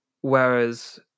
Whereas